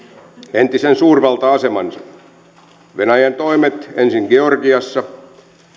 entisen suurvalta asemansa venäjän toimet ensin georgiassa